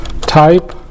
type